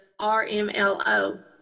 RMLO